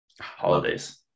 holidays